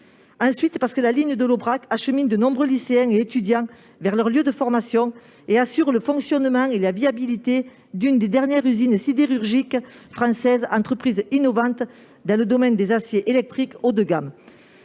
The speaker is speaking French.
ensuite, parce que la ligne de l'Aubrac achemine de nombreux lycéens et étudiants vers leur lieu de formation et assure le fonctionnement et la viabilité de l'une des dernières usines sidérurgiques françaises, une entreprise innovante dans le domaine des aciers électriques haut de gamme.